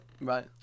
Right